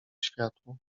światło